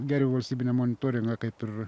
gervių valstybinę monitoringą kaip ir